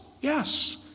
Yes